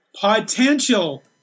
Potential